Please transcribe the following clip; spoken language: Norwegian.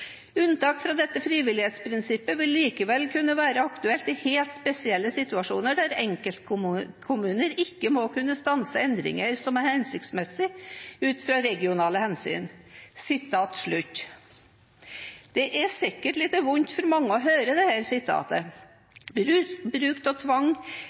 Unntak fra dette frivillighetsprinsippet vil likevel kunne være aktuelt i helt spesielle situasjoner der enkeltkommuner ikke må kunne stanse endringer som er hensiktsmessige ut fra regionale hensyn.» Det er sikkert litt vondt for mange å høre dette sitatet. Bruk av tvang